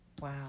wow